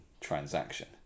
transaction